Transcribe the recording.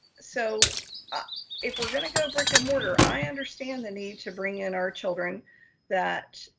so ah if we're gonna go brick and mortar, i understand the need to bring in our children that,